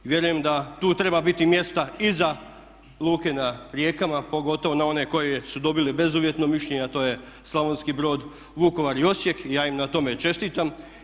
I vjerujem da tu treba biti mjesta i za luke na rijekama pogotovo na one koje su dobile bezuvjetno mišljenje a to je Slavonski Brod, Vukovar i Osijek i ja im na tome čestitam.